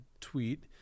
tweet